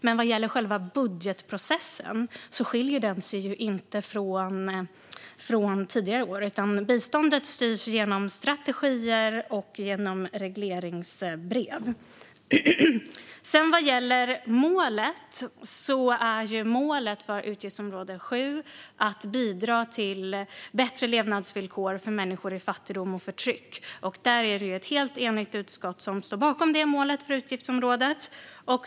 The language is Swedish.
Men själva budgetprocessen skiljer sig inte från tidigare år, utan biståndet styrs genom strategier och regleringsbrev. När det sedan gäller målet för utgiftsområde 7 är det ju att bidra till bättre levnadsvillkor för människor i fattigdom och förtryck. Det är ett helt enigt utskott som står bakom det målet för utgiftsområdet.